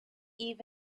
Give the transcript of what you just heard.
eve